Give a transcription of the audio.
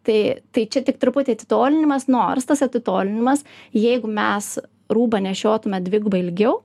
tai tai čia tik truputį atitolinimas nors tas atitolinimas jeigu mes rūbą nešiotume dvigubai ilgiau